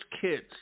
kids –